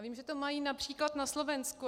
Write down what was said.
Vím, že to mají například na Slovensku.